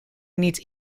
niet